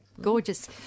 gorgeous